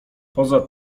poza